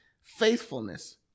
Faithfulness